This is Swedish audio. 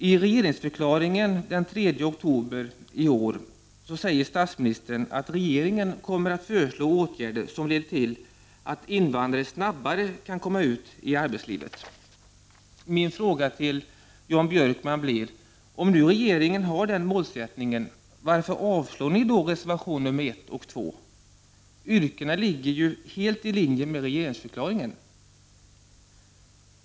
I regeringsförklaringen den 3 oktober i år säger statsministern att regeringen kommer att föreslå åtgärder som leder till att invandrare snabbare kan komma ut i arbetslivet. Min fråga till Jan Björkman blir: Om nu regeringen har den målsättningen, varför vill ni då avslå förslagen i reservation 1 och 2? Yrkandena ligger ju helt i linje med regeringsförklaringen.